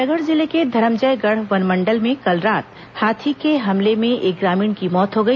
रायगढ़ जिले के धरमजयगढ़ वनमंडल में कल रात हाथी के हमले में एक ग्रामीण की मौत हो गई